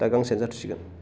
दा गांसेआनो जाथ'सिगोन